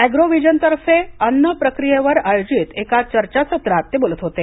एग्रोव्हिजनतर्फे अन्न प्रक्रियेवर आयोजित एका चर्चासत्रात ते बोलत होते